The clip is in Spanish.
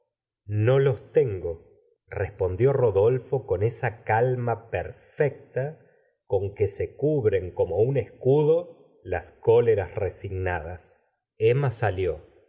no los tengo respondió rodolfo con esa calma perfecta con que se cubren como con un escudo las cóleras resignadas emma salió